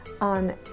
on